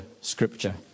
scripture